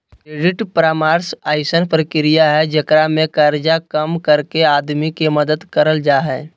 credit परामर्श अइसन प्रक्रिया हइ जेकरा में कर्जा कम करके आदमी के मदद करल जा हइ